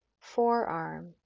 forearm